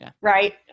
Right